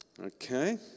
okay